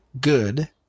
good